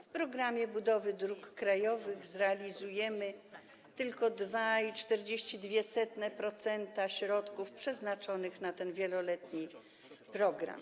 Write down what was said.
W „Programie budowy dróg krajowych” zrealizujemy tylko 2,42% środków przeznaczonych na ten wieloletni program.